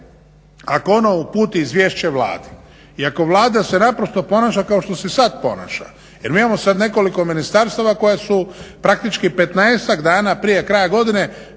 ako ono uputi izvješće Vladi i ako se Vlada se naprosto ponaša kao što se sad ponaša jer mi imamo sad nekoliko ministarstava koja su praktički 15-tak dana prije kraja godine